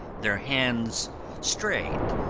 their hands strayed.